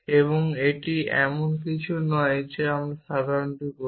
এবং এটি এমন কিছু নয় যা আমরা সাধারণত করি